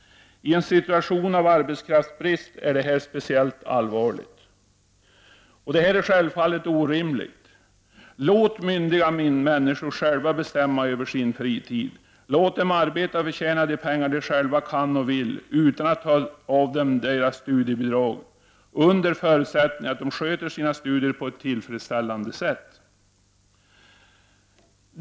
I en situation av arbetskraftsbrist är det här speciellt allvarligt. Detta är självfallet orimligt. Låt myndiga människor själva få bestämma över sin fritid! Låt dem arbeta och förtjäna pengar i den utsträckning som de själva kan och vill utan att bli av med sina studiebidrag, under förutsättning att de sköter sina studier på ett tillfredsställande sätt!